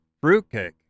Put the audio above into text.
fruitcake